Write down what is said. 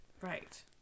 Right